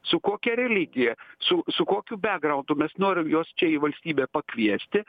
su kokia religija su su kokiu bekgraundu mes norim juos čia į valstybę pakviesti